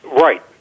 Right